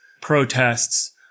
protests